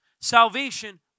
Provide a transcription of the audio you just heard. Salvation